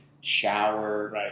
shower